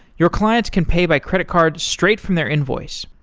your clients can pay by credit card straight from their invoice.